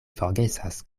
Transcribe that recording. forgesas